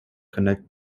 connect